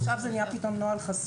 עכשיו זה פתאום נוהל חסוי?